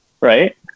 right